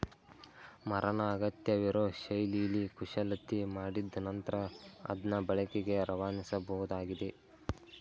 ಮರನ ಅಗತ್ಯವಿರೋ ಶೈಲಿಲಿ ಕುಶಲತೆ ಮಾಡಿದ್ ನಂತ್ರ ಅದ್ನ ಬಳಕೆಗೆ ರವಾನಿಸಬೋದಾಗಿದೆ